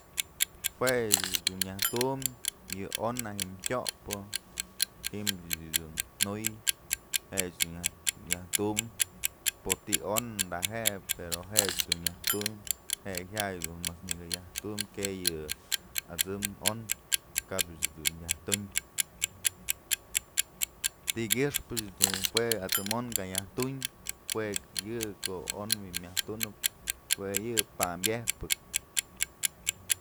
Jue ëch dun nyaj tumbyë yë on nak dun ji'im tyopë ji'im ëch dun juy jech dun nyajtum poti'i on da je'e pero jech dun nyajtum je'e jaya'ay dun myas nëkë yaj tumbyë que yë at'sëm on kap ëch dun nyaj tunë ti'i kyëxpëch dun jue at'sëm on ka yaj tunë juek yë ko'o on myaj tunëp jue yë pa'am yejpëk.